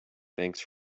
thanks